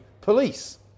police